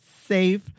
safe